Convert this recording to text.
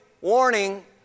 Warning